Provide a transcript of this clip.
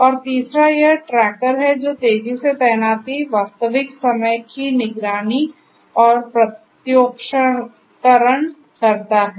और तीसरा यह ट्रैकर है जो तेजी से तैनाती वास्तविक समय की निगरानी और प्रत्योक्षकरण करता है